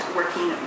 working